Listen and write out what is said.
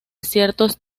ciertos